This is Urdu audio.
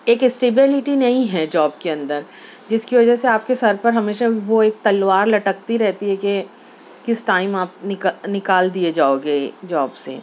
ایک اسٹیبلٹی نہیں ہے جاب کے اندر جس کی وجہ سے آپ کے سر پر ہمیشہ وہ ایک تلوار لٹکتی رہتی ہے کہ کس ٹائم آپ نکال دیے جاؤگے جاب سے